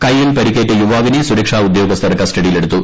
കൈയിൽ പരിക്കേറ്റ യുവാവിനെ സുരക്ഷാ ഉദ്യോഗസ്ഥർ കസ്റ്റഡിയിലെടുത്തു